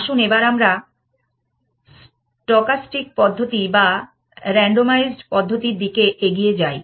আসুন এবার আমরা স্টকাস্টিক পদ্ধতি বা রান্ডমাইজড পদ্ধতির দিকে এগিয়ে যাই